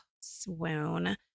swoon